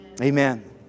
Amen